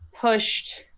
pushed